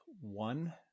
one